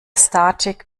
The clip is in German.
statik